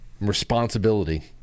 responsibility